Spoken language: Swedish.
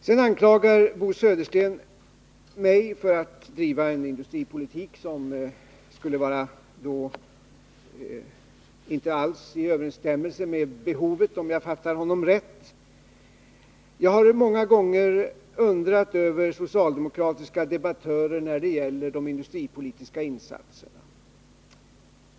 Sedan anklagade Bo Södersten mig, om jag uppfattade honom rätt, för att driva en industripolitik som inte alls motsvarar behovet. Jag har ofta förundrat mig över socialdemokratiska debattörer när det gäller diskussionen om de industripolitiska insatserna.